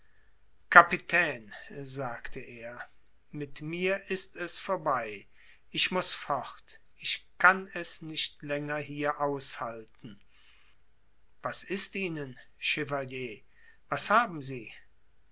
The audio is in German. kapitän sagte er mit mir ist es vorbei ich muß fort ich kann es nicht länger hier aushalten was ist ihnen chevalier was haben sie